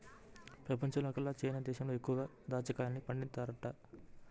పెపంచంలోకెల్లా చైనా దేశంలో ఎక్కువగా దాచ్చా కాయల్ని పండిత్తన్నారంట